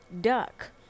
duck